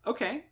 Okay